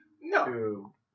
No